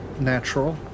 natural